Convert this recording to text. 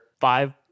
five-